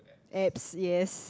apps yes